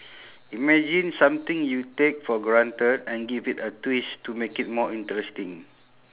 imagine something you take for granted and give it a twist to make it more interesting